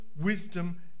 wisdom